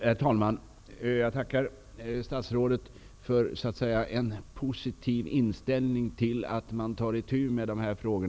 Herr talman! Jag tackar statsråder för en positiv inställning till att man tar itu med dessa frågor.